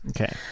Okay